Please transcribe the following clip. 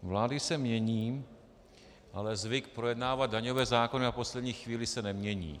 Vlády se mění, ale zvyk projednávat daňové zákony na poslední chvíli se nemění.